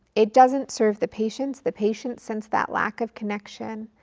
it doesn't serve the patients, the patients sense that lack of connection.